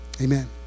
Amen